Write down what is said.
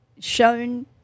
shown